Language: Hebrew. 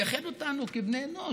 זה משהו שמייחד אותנו כבני אנוש,